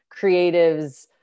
creatives